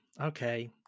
Okay